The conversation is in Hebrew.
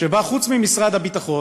שבה חוץ ממשרד הביטחון,